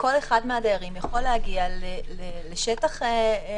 וכל אחד מהדיירים יכול להגיע לשטח לא